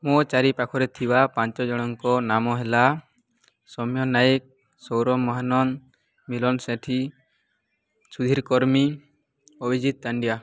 ମୋ ଚାରି ପାାଖରେ ଥିବା ପାଞ୍ଚଜଣଙ୍କ ନାମ ହେଲା ସୌମ୍ୟ ନାୟକ ସୌରଭ ମହାନନ୍ଦ ମିଲନ ସେଠୀ ସୁଧୀର କର୍ମୀ ଅଭିଜିତ ତାଣ୍ଡିଆ